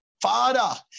Father